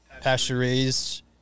pasture-raised